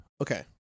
Okay